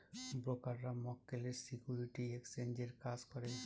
ব্রোকাররা মক্কেলের সিকিউরিটি এক্সচেঞ্জের কাজ করে